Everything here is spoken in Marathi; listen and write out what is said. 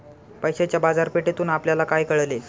पैशाच्या बाजारपेठेतून आपल्याला काय कळले?